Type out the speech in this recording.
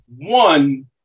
one